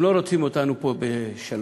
הם לא רוצים אותנו פה בשלווה,